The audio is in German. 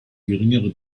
geringere